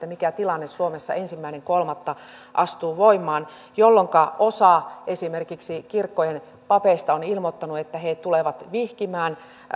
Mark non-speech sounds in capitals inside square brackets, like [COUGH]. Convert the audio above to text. [UNINTELLIGIBLE] mikä tilanne suomessa ensimmäinen kolmatta astuu voimaan jolloinka osa esimerkiksi kirkkojen papeista on ilmoittanut että he tulevat vihkimään